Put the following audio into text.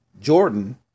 Jordan